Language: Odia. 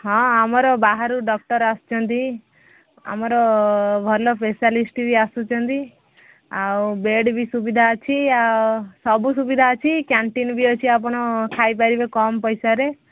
ହଁ ଆମର ବାହାରୁ ଡକ୍ଟର୍ ଆସୁଛନ୍ତି ଆମର ଭଲ ସ୍ପେଶାଲିଷ୍ଟ ବି ଆସୁଛନ୍ତି ଆଉ ବେଡ଼୍ ବି ସୁବିଧା ଅଛି ଆଉ ସବୁ ସୁବିଧା ଅଛି କ୍ୟାଣ୍ଟିନ୍ ବି ଅଛି ଆପଣ ଖାଇପାରିବେ କମ୍ ପଇସାରେ